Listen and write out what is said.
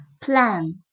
Plan